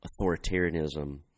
authoritarianism